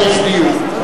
אז יש דיון.